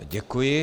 Děkuji.